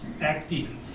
active